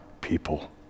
people